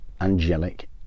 angelic